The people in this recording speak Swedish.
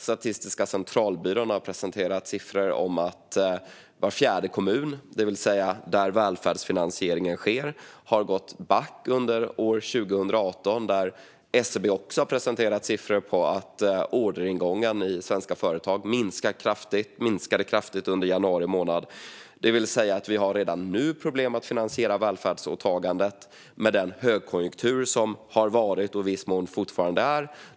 Statistiska centralbyrån har presenterat siffror om att var fjärde kommun - det är i kommunerna som välfärdsfinansieringen sker - har gått back under 2018. SCB har också presenterat siffror på att orderingången i svenska företag minskat kraftigt under januari månad. Det vill säga att vi redan nu har problem att finansiera välfärdsåtagandet med den högkonjunktur som har rått och i viss mån fortfarande råder.